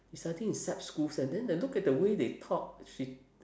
they study in SAP schools eh then I look at the way they talk she